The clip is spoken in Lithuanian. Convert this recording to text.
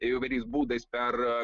įvairiais būdais per